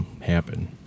happen